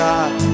God